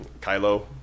Kylo